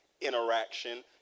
interaction